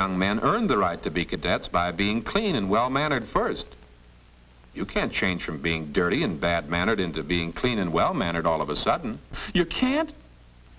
young men earn the right to be cadets by being clean and well mannered first you can change from being dirty and bad mannered into being clean and well mannered all of a sudden you can't